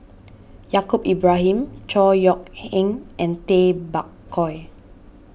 Yaacob Ibrahim Chor Yeok Eng and Tay Bak Koi